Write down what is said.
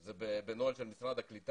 זה בנוהל של משרד הקליטה.